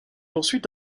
ensuite